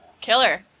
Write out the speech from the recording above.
Killer